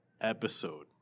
episode